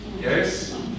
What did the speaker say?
Yes